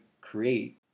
create